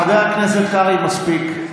חבר הכנסת קרעי, מספיק.